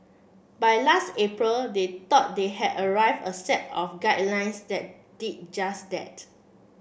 by last April they thought they had arrived a set of guidelines that did just that